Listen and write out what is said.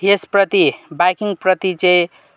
यसप्रति बाइकिङप्रति चाहिँ